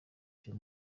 cyo